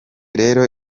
rero